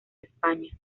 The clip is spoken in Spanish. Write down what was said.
españa